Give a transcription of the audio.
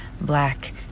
black